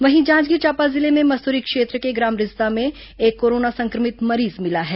वहीं जांजगीर चांपा जिले में मस्तूरी क्षेत्र के ग्राम रिसदा में एक कोरोना संक्रमित मरीज मिला है